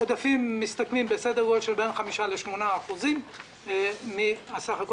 העודפים מסתכמים בסדר גודל של בין 5% 8% מן הסך הכול.